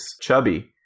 chubby